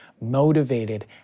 motivated